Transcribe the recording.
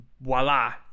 voila